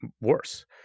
worse